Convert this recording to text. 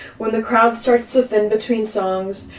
when the crowd starts to thin between songs,